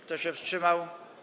Kto się wstrzymał?